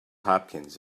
hopkins